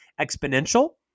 exponential